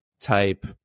type